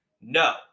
No